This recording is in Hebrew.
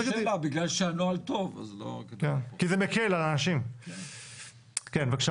טוב, אז קודם